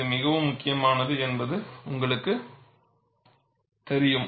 இது மிகவும் முக்கியமானது என்பது உங்களுக்குத் தெரியும்